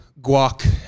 guac